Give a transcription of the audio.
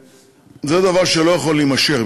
זה דבר שלא יכול להימשך,